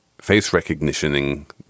face-recognitioning